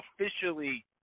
officially